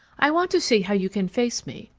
i want to see how you can face me.